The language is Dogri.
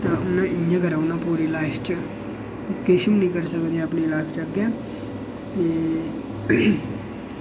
ते उ'नें इं'या गै रौह्ना पूरी लाईफ च ओह् किश बी नेईं करी सकदे अपनी लाईफ च अग्गें ते